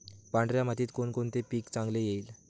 पांढऱ्या मातीत कोणकोणते पीक चांगले येईल?